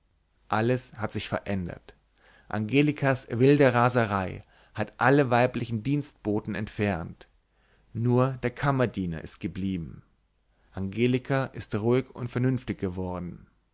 alles hat sich verändert angelikas wilde raserei hat alle weibliche dienstboten entfernt nur der kammerdiener ist geblieben angelika ist ruhig und vernünftig geworden